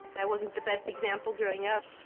i wasn't the best example growing up,